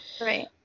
Right